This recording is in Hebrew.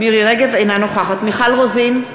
אינה נוכחת מיכל רוזין,